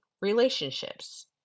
relationships